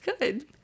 good